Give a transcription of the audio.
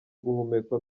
guhumeka